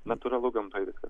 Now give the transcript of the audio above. natūralu gamtoj viskas